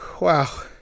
Wow